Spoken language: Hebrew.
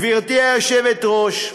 גברתי היושבת-ראש,